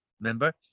remember